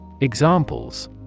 Examples